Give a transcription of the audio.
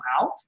out